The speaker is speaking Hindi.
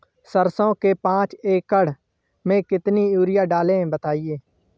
सरसो के पाँच एकड़ में कितनी यूरिया डालें बताएं?